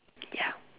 ya